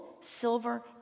silver